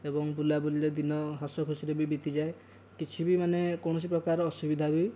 ଏବଂ ବୁଲାବୁଲିରେ ଦିନ ହସ ଖୁସିରେ ବି ବିତିଯାଏ କିଛି ବି ମାନେ କୌଣସି ପ୍ରକାର ଅସୁବିଧା ବି